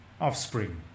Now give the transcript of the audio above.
offspring